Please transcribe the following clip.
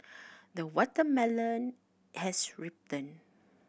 the watermelon has ripened